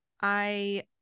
I-